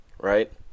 right